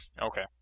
Okay